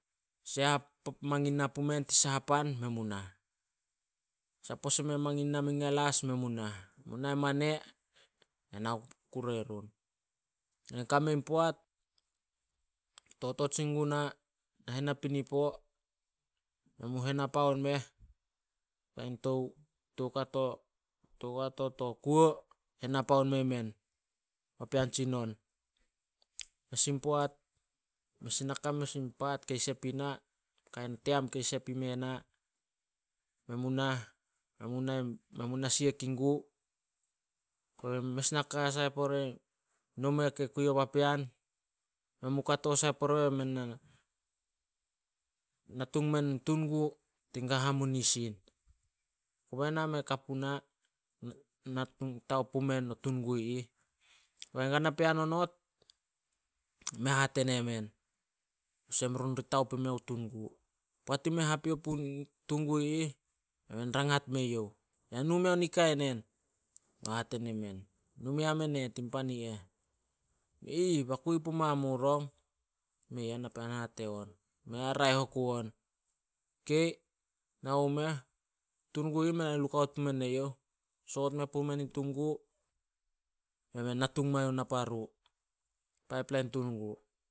Mangin na pumen ti saha pan, men mu nah. Sapos emen mangin na men mangin na mui galas, men mu nah, mu nai mane ai na ku kure erun. Kame in poat totot sin guna, nahen napinipo, men mu henapaon meh, kain tou- toukato- toukato to kuo henapaon mei men, papean tsinon. Mes in poat, mes in naka mes in paat kei sep ina, kain team kei sep ime na. Men mu nah, men mu na siek in gu, kobe mes naka sai pore nome kei kui yo papean, me mu kato sai pore be men natung men tungun tin ga hamunisin. Kobe na mei ka puna taop pumen tun gu ih. Kobe kana pean onot me hate nemen, olsem run di taop imeo tun gu. Poat ime hapio purun tun gu ih, bemen rangat me youh, "Ya nu meo nikai nen?" Hate nemen, "Nu mea men tin pani eh." "Aih, ba kui puma mu rong." Mei a napean hate on. "Raeh oku on." Ok, nau mu meh, tun gu ih, mei na lukaut pumen eyouh, sot me pumen in tun gu, beme natung mai youh naparu, paip pla tun gu.